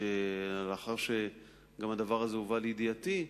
שלאחר שהדבר הזה הובא לידיעתי,